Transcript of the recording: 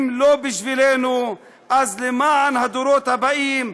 אם לא בשבילנו אז למען לדורות הבאים,